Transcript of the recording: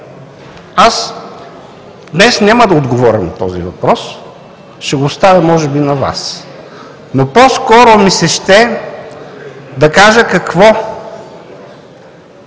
Днес няма да отговоря на този въпрос, ще го оставя може би на Вас, но по-скоро ми се ще да кажа какво